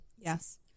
Yes